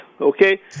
okay